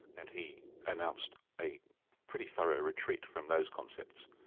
and he announced a pretty thorough retreat from those concepts.